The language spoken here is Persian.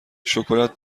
شکلات